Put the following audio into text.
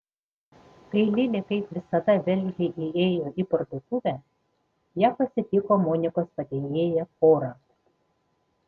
kai lilė kaip visada veržliai įėjo į parduotuvę ją pasitiko monikos padėjėja kora